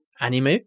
anime